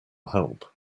help